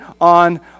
on